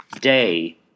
day